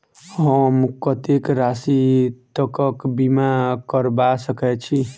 हम कत्तेक राशि तकक बीमा करबा सकै छी?